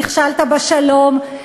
נכשלת בשלום,